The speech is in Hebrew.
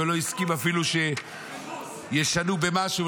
ולא הסכים אפילו שישנו במשהו,